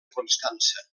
constança